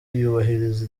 yubahiriza